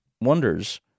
wonders